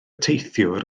teithiwr